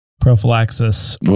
prophylaxis